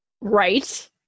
Right